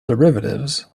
derivatives